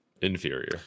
inferior